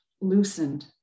loosened